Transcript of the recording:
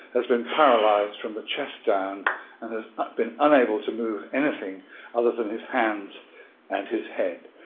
has been paralysed from the chest down and has been unable to move anything other than his hands and his head.